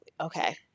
Okay